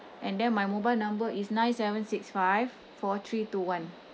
and then my mobile number is nine seven six five four three two one